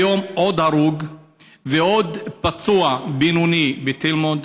היום עוד הרוג ועוד פצוע בינוני בתל מונד.